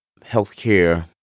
healthcare